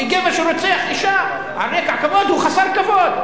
כי גבר שרוצח אשה על רקע כבוד הוא חסר כבוד.